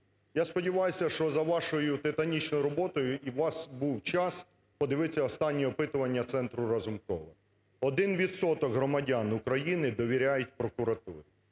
Я сподіваюся, що за вашою титанічною роботою у вас був час подивитися останні опитування Центру Разумкова. 1 відсоток громадян України довіряють прокуратурі.